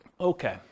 Okay